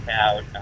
out